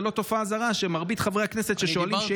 זו לא תופעה זרה שמרבית חברי הכנסת ששואלים שאילתות,